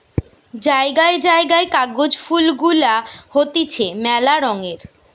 জায়গায় জায়গায় কাগজ ফুল গুলা হতিছে মেলা রঙের